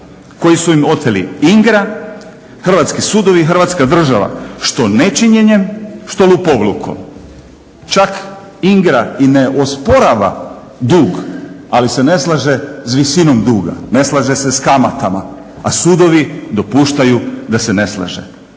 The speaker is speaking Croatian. koji su im oteli INGRA, hrvatski sudovi i Hrvatska država što nečinjenjem, što lopovlukom. Čak INGRA i ne osporava dug, ali se ne slaže s visinom duga, ne slaže se s kamatama, a sudovi dopuštaju da se ne slaže.